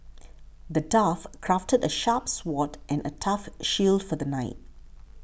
the dwarf crafted a sharp sword and a tough shield for the knight